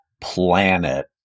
planet